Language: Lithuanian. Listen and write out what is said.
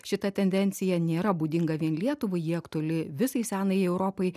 šita tendencija nėra būdinga vien lietuvai ji aktuali visai senajai europai